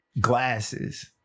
glasses